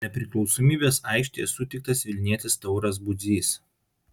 nepriklausomybės aikštėje sutiktas vilnietis tauras budzys